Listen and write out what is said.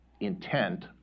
intent